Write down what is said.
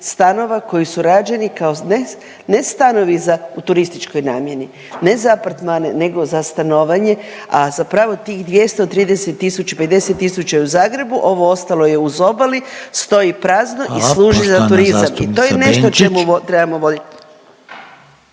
stanova koji su rađeni kao, ne stanovi za, u turističkoj namjeni, ne za apartmane, nego za stanovanje, a zapravo od tih 230 tisuća 50 tisuća je u Zagrebu, ovo ostalo je uz obali, stoji prazno i služi za turizam… …/Upadica Reiner: Hvala.